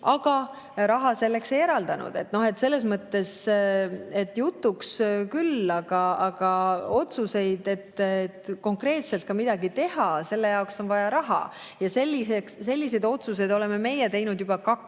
aga raha selleks ei eraldanud. Selles mõttes, et juttu on küll, aga otsuste jaoks, et konkreetselt midagi teha, on vaja raha. Selliseid otsuseid oleme meie teinud juba kaks.